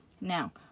Now